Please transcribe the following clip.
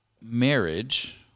marriage